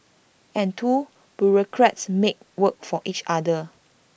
and two bureaucrats make work for each other